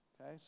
Okay